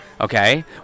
Okay